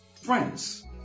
friends